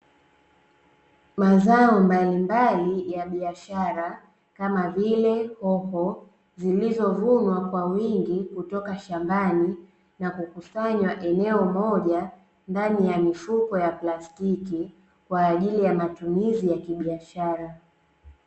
Mazao mbalimbali ya biashara, kama vile, hoho, zilizovunwa kwa wingi kutoka shambani na kukusanywa eneo moja, ndani ya mifuko plastiki ,kwaajili ya matumizi ya kibiashara.